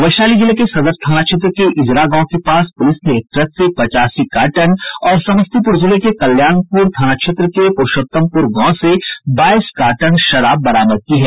वैशाली जिले के सदर थाना के इजरा गांव के पास पुलिस ने एक ट्रक से पचासी कार्टन और समस्तीपुर जिले के कल्याण थाना क्षेत्र के पुरूषोत्तमपुर गांव से बाईस कार्टन शराब बरामद की है